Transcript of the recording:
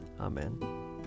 Amen